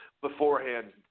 beforehand